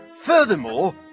Furthermore